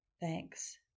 Thanks